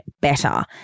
better